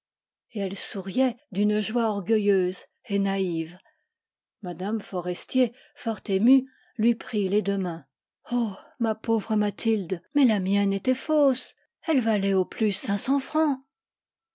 et elle souriait d'une joie orgueilleuse et naïve m forestier firt émue lui prit les deux mains de la nuit oh ma pauvre mathilde mais la mienne était fausse elle valait au plus cinq cents francs